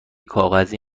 کاغذی